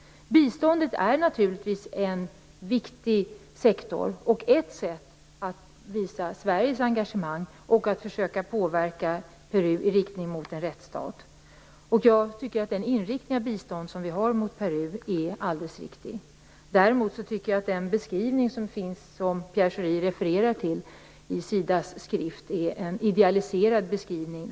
Biståndet är naturligtvis en viktig sektor och ett sätt att visa Sveriges engagemang. Det är ett sätt att försöka påverka Peru i riktning mot en rättsstat. Jag tycker att den inriktningen på biståndet som vi har mot Peru är alldeles riktig. Däremot tycker jag att den beskrivning som finns, och som Pierre Schori refererar till, i Sidas skrift är en idealiserad beskrivning.